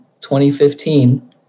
2015